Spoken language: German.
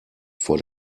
vor